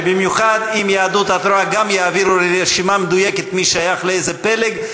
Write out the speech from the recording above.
ובמיוחד אם יהדות התורה גם יעבירו לי רשימה מדויקת מי שייך לאיזה פלג,